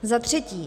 Za třetí.